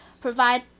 provide